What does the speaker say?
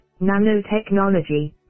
nanotechnology